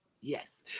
Yes